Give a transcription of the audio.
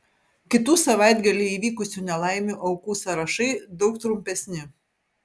kitų savaitgalį įvykusių nelaimių aukų sąrašai daug trumpesni